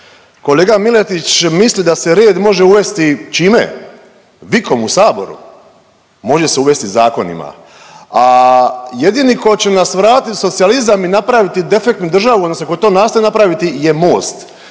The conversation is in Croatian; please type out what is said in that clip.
Kolega Miletić misli da se red može uvesti, čime, vikom u saboru? Može se uvesti zakonima, a jedini koji će nas vratiti u socijalizam i napraviti defektnu državu odnosno koji to nastoji napraviti je MOST.